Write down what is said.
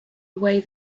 away